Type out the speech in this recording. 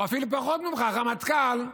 או אפילו פחות ממך, הרמטכ"ל,